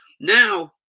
Now